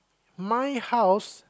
my house